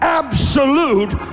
absolute